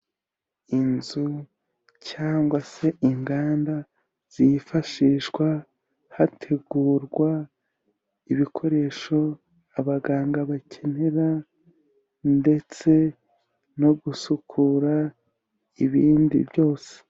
Inzu cyangwa se inganda zifashishwa hategurwa ibikoresho abaganga bakenera, ndetse no gusukura ibindi byose.